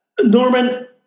Norman